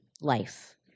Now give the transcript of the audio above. life